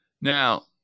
Now